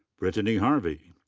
brianna and harvey.